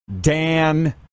Dan